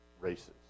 races